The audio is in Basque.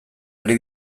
ari